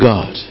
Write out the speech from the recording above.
God